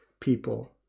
people